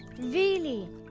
really.